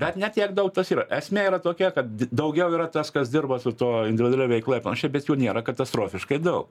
bet ne tiek daug tas yra esmė yra tokia kad daugiau yra tas kas dirba su tuo individualia veikla ir panašiai bet jų nėra katastrofiškai daug